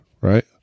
Right